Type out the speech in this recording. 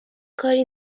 کاری